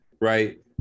right